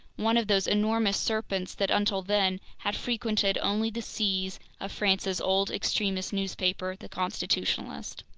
one of those enormous serpents that, until then, had frequented only the seas of france's old extremist newspaper, the constitutionalist.